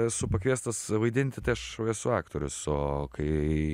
esu pakviestas vaidinti tai aš esu aktorius o kai